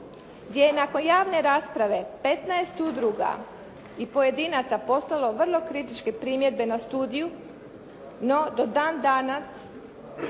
gdje je nakon javne rasprave 15 udruga i pojedinaca poslalo vrlo kritičke primjedbe na studiju. No, do dan danas